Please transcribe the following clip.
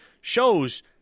shows